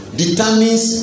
determines